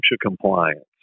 compliance